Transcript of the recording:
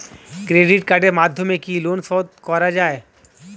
Credit কার্ডের মাধ্যমে কি লোন শোধ করা যায়?